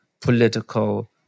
political